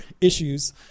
issues